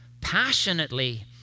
passionately